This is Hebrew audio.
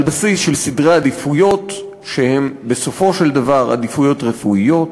על בסיס של סדרי עדיפויות שהם בסופו של דבר עדיפויות רפואיות,